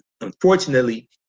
unfortunately